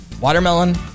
Watermelon